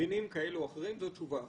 דינים כאלה או אחרים", שזו תשובה אחת.